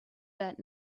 that